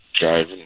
driving